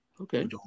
Okay